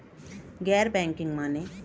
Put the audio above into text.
गैर बैंकिंग माने?